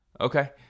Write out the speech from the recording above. okay